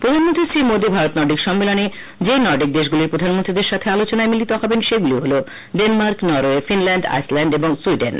প্রধানমন্ত্রী শ্রী মোদী ভারত নার্ডিক সম্মেলনে নার্ডিক যে দেশগুলির প্রধানমন্ত্রীদের সাথে আলোচনায় মিলিত হবেন সেগুলি হল ডেনমার্ক নরওয়ে ফিনল্যান্ড আইসল্যান্ড এবং সুইডেন